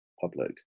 public